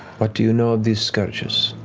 what do you know of these scourgers?